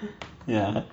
ya